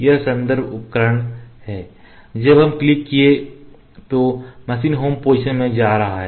यह संदर्भ उपकरण है जब हम क्लिक किए तो मशीन होम पोजीशन में जा रहा है